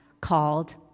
called